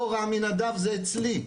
אורה, עמינדב זה אצלי,